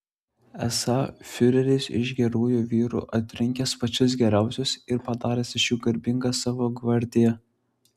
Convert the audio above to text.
esą fiureris iš gerųjų vyrų atrinkęs pačius geriausius ir padaręs iš jų garbingą savo gvardiją